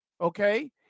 okay